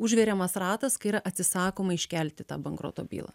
užveriamas ratas kai yra atsisakoma iškelti tą bankroto bylą